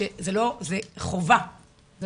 - כדי לדאוג שהם תמיד יהיו במקום מחומם ובטוח